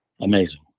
amazing